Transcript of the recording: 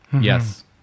Yes